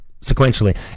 sequentially